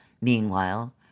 Meanwhile